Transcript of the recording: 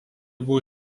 buvo